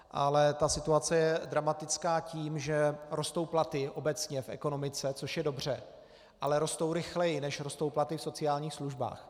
Ale ta situace je dramatická tím, že rostou platy obecně v ekonomice, což je dobře, ale rostou rychleji, než rostou platy v sociálních službách.